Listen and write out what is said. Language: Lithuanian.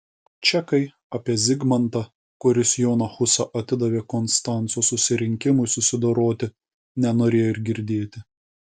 čekai apie zigmantą kuris joną husą atidavė konstanco susirinkimui susidoroti nenorėjo ir girdėti